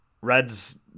Red's